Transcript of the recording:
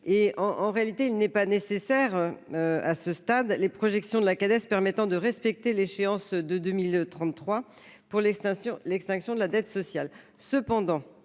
en réalité, il n'est pas nécessaire à ce stade, les projections de la cadette permettant de respecter l'échéance de 2000 33 pour les stations l'extinction de la dette sociale,